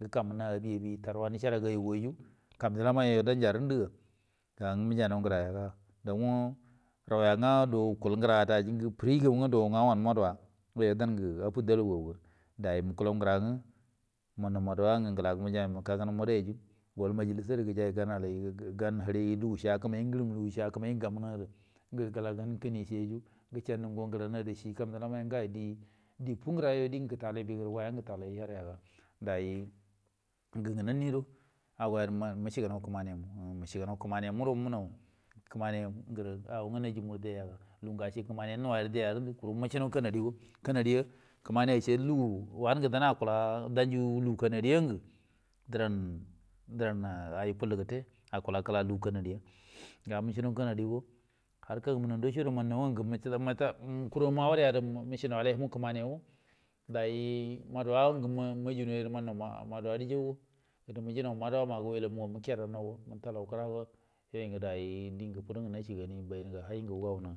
ngwə tarwa nəcəara gawa guayyu, kamji lama ay yu danja rə ngundu ga, dow ngwə dow aji ngə wukul gəra gərə fəri gaw ngwə dow nga wan maduwa, yoyu dan gə afu dalu gagu ga, mukula gəra mannaw maduwa dam gəla gə majay məkagənaw madayyu gol majiliso gərə lugushi akəmay ngwə ngərərə ngə lugushi akamay ngwə gamunu gərə gəkəlegan kini cieyyu, gərə gəcəan də ngo gərau ada cie kamjilamaay die fungura yoyu dingə gəra alay bəgə ya ngwə gə ta alay hərra yaga, day ngə ngənnə guro ago ya gərə məsigənaw kəmani, məcegənaw kəmani muguro munnaw, kəmani gərə ago ngwə nanju murə day yaga, lungu acegu kəmani nuwayrə dayya kuru məcenaw kanadi go, kanadi kəmani ace dan akula daudə lugu kana diyangə yukul rə gəte, akula lugu kana diya, ga məce naw kana digo harka ngamunaw ndaco guro mannaw ngwə ngə kuranu awarə ya gərə məcenaw alay nunu kəmani aga day maduwa go ngə manjunaw ya gərə mannaw maduwa rə jaujo, gərə mijinaw madaw ma go welemma məkiyaday mətalaw kəra go yoyu ngə diengə bayingə ayinda fowugo